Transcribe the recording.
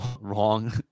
wrong